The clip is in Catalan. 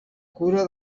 cura